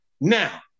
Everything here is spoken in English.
Now